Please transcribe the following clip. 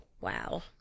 wow